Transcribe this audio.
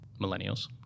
millennials